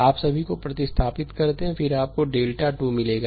आप सभी को प्रतिस्थापित करते हैं फिर आपको डेल्टा 2 मिलेगा